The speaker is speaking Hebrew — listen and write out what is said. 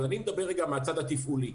אבל אני מדבר מהצד התפעולי,